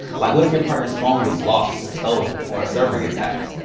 like what if your partner's phone gets lost or stolen, or a server gets hacked.